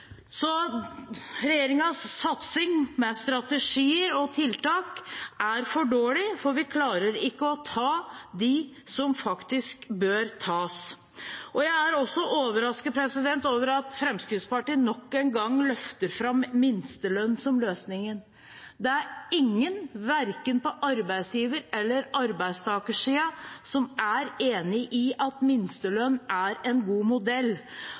satsing med strategier og tiltak er for dårlig, for vi klarer ikke å ta dem som faktisk bør tas. Jeg er også overrasket over at Fremskrittspartiet nok en gang løfter fram minstelønn som løsningen. Ingen, verken fra arbeidsgiver- eller arbeidstakersiden, er enig i at minstelønn er en god modell.